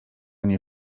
nie